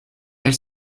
elle